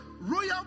royal